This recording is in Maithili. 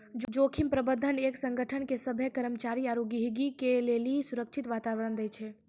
जोखिम प्रबंधन एक संगठन के सभ्भे कर्मचारी आरू गहीगी के लेली सुरक्षित वातावरण दै छै